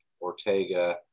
Ortega